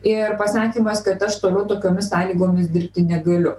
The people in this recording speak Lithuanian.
ir pasakymas kad aš toliau tokiomis sąlygomis dirbti negaliu